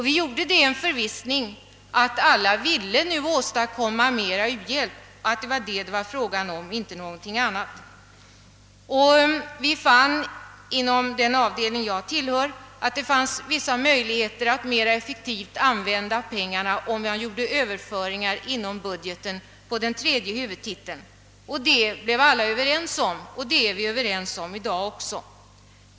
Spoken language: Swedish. Vi gjorde det i tron att alla nu ville åstadkomma mera u-hjälp och att det var detta det var fråga om och ingenting annat. Vi fann inom den avdelning jag tillhör att det förelåg vissa möjligheter att mera effektivt använda pengarna om det gjordes överföringar inom budgeten på tredje huvudtiteln. Det blev alla överens om och det är vi överens om även i dag.